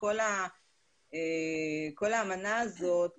כל האמנה הזאת,